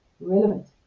relevant